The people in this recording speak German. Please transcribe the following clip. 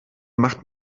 macht